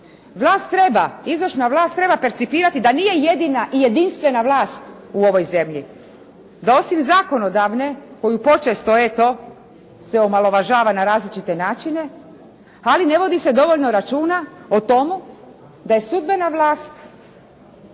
izvršna vlast treba percipirati da nije jedina i jedinstvena vlast u ovoj zemlji. Da osim zakonodavne koji počesto eto se omalovažava na različite načine, ali ne vodi se dovoljno računa o tomu da je sudbena vlast